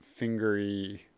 fingery